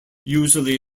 usually